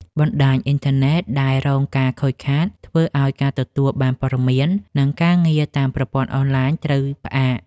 បណ្តាញអ៊ីនធឺណិតដែលរងការខូចខាតធ្វើឱ្យការទទួលបានព័ត៌មាន និងការងារតាមប្រព័ន្ធអនឡាញត្រូវផ្អាក។